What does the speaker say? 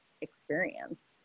experience